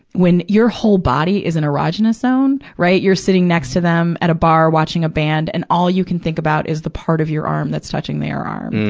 when you're whole body is an erogenous zone, right? you're sitting next to them at a bar, watching a band. and all you can think about is the part of your arm that's touching their arm,